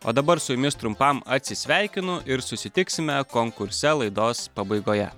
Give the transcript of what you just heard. o dabar su jumis trumpam atsisveikinu ir susitiksime konkurse laidos pabaigoje